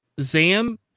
Zam